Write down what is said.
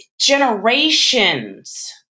generations